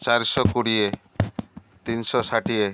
ଚାରିଶହ କୋଡ଼ିଏ ତିନିଶହ ଷାଠିଏ